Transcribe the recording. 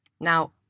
Now